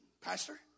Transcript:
Pastor